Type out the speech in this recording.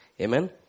Amen